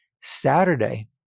Saturday